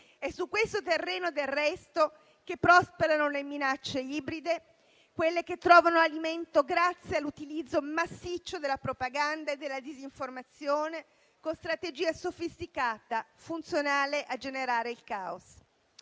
È su questo terreno, del resto, che prosperano le minacce ibride, quelle che trovano alimento grazie all'utilizzo massiccio della propaganda e della disinformazione con strategia sofisticata, funzionale a generare il caos.